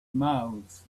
mouths